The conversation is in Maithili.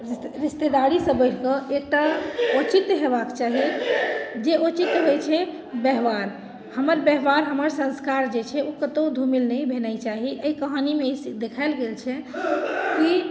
रिश्तेदारीसँ बढ़ि कऽ एकटा औचित्य होयबाक चाही जे औचित्य होइत छै व्यवहार हमर व्यवहार हमर संस्कार जे छै ओ कतहु धूमिल नहि भेनाइ चाही एहि कहानीमे ई चीज देखाएल गेल छै कि